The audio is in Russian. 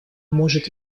может